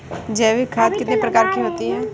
जैविक खाद कितने प्रकार की होती हैं?